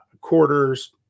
quarters